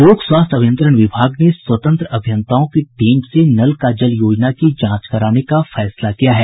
लोक स्वास्थ्य अभियंत्रण विभाग ने स्वतंत्र अभियंताओं की टीम से नल का जल योजना की जांच कराने का फैसला किया है